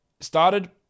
Started